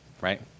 right